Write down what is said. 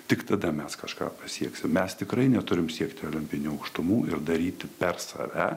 tik tada mes kažką pasieksim mes tikrai neturim siekti olimpinių aukštumų ir daryti per save